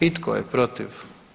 I tko je protiv?